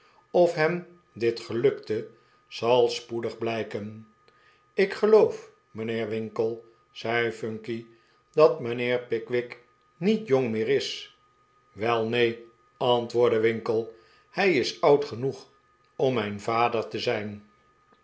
of hem dit gelukte zal spoedig blijken ik geloof mijnheer winkle zei phunky dat mijnheer pickwick niet jong meer is wel neen antwoordde winkle hij is oud genoeg om mijn vader te zijn